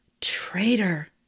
Traitor